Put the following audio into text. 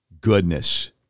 goodness